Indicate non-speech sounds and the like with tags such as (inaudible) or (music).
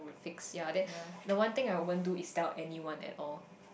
fix ya then (breath) the one thing I won't do is tell anyone at all